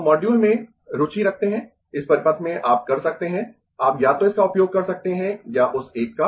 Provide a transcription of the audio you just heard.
तो मॉड्यूल में रुचि रखते है इस परिपथ में आप कर सकते है आप यातो इसका उपयोग कर सकते है या उस 1 का